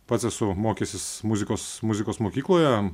pats esu mokęsis muzikos muzikos mokykloje